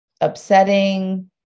upsetting